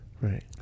right